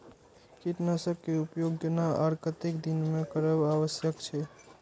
कीटनाशक के उपयोग केना आर कतेक दिन में करब आवश्यक छै?